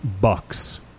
bucks